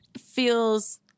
feels